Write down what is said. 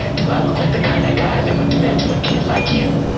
do i look like the kinda guy that would do that do a kid like you?